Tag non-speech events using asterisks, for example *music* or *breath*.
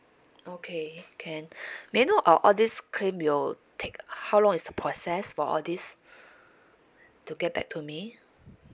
okay can *breath* may I know uh all this claim you'll take how long is the process for all these *breath* to get back to me